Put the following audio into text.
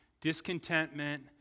discontentment